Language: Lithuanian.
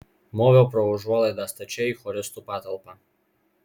moviau pro užuolaidą stačiai į choristų patalpą